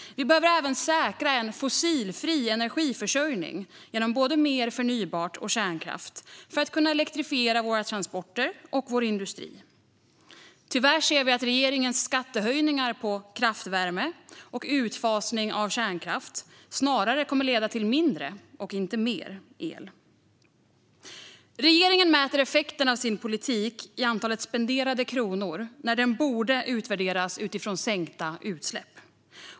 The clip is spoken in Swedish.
Vi behöver även säkra en fossilfri energiförsörjning genom både mer förnybart och kärnkraft för att kunna elektrifiera våra transporter och vår industri. Tyvärr ser vi att regeringens skattehöjningar på kraftvärme och utfasning av kärnkraft snarare kommer att leda till mindre och inte mer el. Regeringen mäter effekten av sin politik i antalet spenderade kronor när den borde utvärderas utifrån sänkta utsläpp.